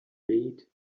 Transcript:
bade